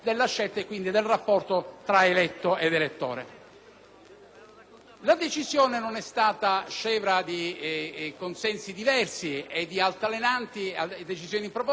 La decisione non è stata scevra da consensi diversi e da altalenanti scelte in proposito: si cominciò già nel 1996,